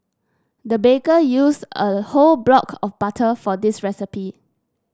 the baker used a whole block of butter for this recipe